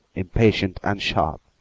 impatient and sharp,